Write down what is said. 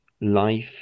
life